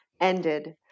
ended